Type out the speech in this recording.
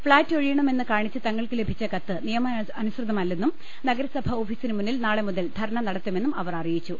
flat ഒഴിയണമെന്ന് കാണിച്ച് തങ്ങൾക്ക് ലഭിച്ച കത്ത് നിയമാനുസൃതമല്ലെന്നും നഗരസഭ ഓഫീ സിന് മുന്നിൽ നാളെ മുതൽ ധർണ നടത്തുമെന്നും അവർ അറിയിച്ചു